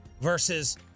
Versus